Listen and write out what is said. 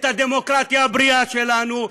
את הדמוקרטיה הבריאה שלנו,